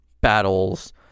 battles